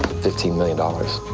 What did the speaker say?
fifteen million dollars